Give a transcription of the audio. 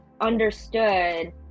understood